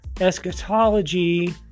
Eschatology